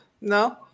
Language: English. no